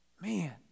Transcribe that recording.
Man